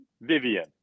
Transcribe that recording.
Vivian